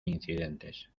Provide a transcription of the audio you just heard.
incidentes